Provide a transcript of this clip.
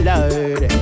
Lord